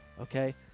Okay